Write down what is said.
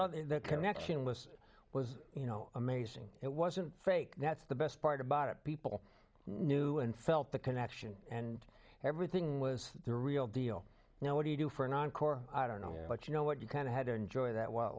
what the connection was was you know amazing it wasn't fake that's the best part about it people knew and felt the connection and everything was the real deal you know what do you do for an encore i don't know but you know what you kind of had to enjoy that while it